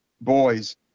boys